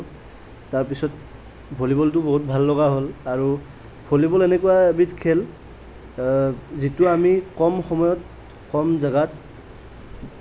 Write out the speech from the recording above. তাৰ পিছত ভলীবলটো বহুত ভাল লগা হ'ল আৰু ভলীবল এনেকুৱা এবিধ খেল যিটো আমি কম সময়ত কম জেগাত